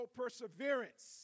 perseverance